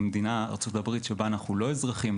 במדינת ארצות הברית שבה אנחנו לא אזרחים,